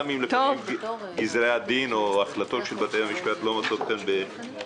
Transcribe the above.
גם אם לפעמים גזרי הדין או החלטות של בתי המשפט לא מוצאות חן בעינינו,